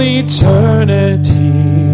eternity